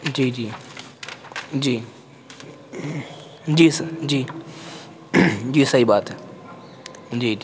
جی جی جی جی سر جی جی صحیح بات ہے جی